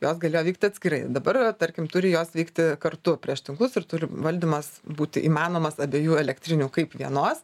jos galėjo veikti atskirai dabar yra tarkim turi jos veikti kartu prieš tinklus ir turi valdymas būtų įmanomas abiejų elektrinių kaip vienos